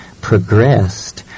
progressed